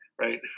right